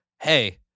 hey